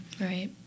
Right